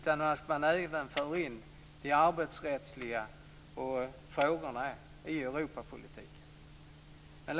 Man måste även föra in de arbetsrättsliga frågorna i Europapolitiken.